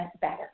better